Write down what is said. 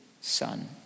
Son